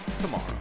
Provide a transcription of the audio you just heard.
tomorrow